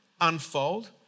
unfold